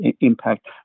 impact